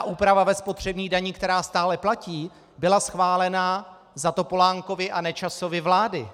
Úprava ve spotřební dani, která stále platí, byla schválena za Topolánkovy a Nečasovy vlády.